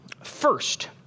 First